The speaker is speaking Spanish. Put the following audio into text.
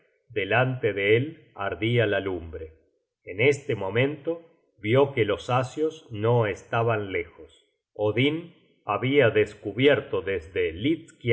delante de élardia la lumbre en este momento vió que los asios no estaban lejos odin habia descubierto desde